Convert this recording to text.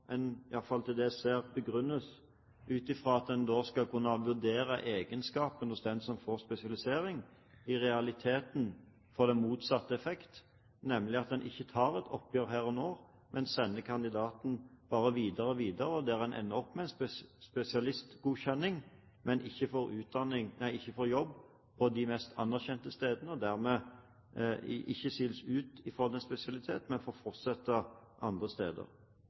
en ser – i alle fall til dels – begrunnes ut ifra at en skal kunne vurdere egenskapene hos den som får spesialisering, i realiteten får motsatt effekt, nemlig at man ikke tar et oppgjør der og da, men bare sender kandidatene videre. Kandidatene ender opp med en spesialistgodkjenning, men får ikke jobb på de mest anerkjente stedene, og siles dermed ikke ut fra en spesialitet, men får fortsette andre steder.